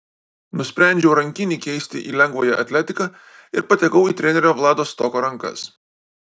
nusprendžiau rankinį keisti į lengvąją atletiką ir patekau į trenerio vlado stoko rankas